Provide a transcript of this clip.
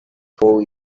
four